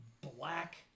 black